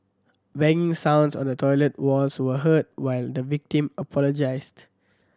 banging sounds on the toilet walls were heard while the victim apologised